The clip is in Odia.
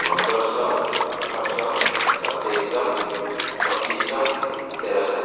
ପନ୍ଦରଶହ ଅଠରଶହ ସତେଇଶିଶହ ପଚିଶିଶହ ତେରଶହ